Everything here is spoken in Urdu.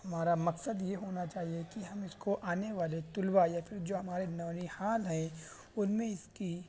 ہمارا مقصد یہ ہونا چاہیے کہ ہم اس کو آنے والے طلبہ یا پھر جو ہمارے نو نہال ہیں ان میں اس کی